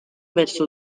verso